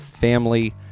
family